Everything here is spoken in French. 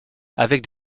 avec